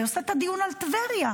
ועושה את הדיון על טבריה.